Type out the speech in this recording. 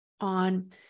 on